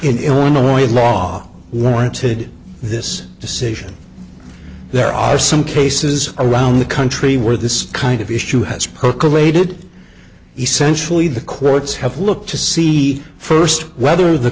in illinois law warranted this decision there are some cases around the country where this kind of issue has percolated essentially the courts have looked to see first whether the